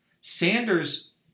Sanders